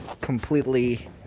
completely